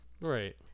Right